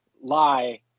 lie